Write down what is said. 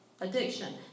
addiction